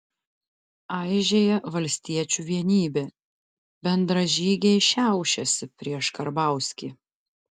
aižėja valstiečių vienybė bendražygiai šiaušiasi prieš karbauskį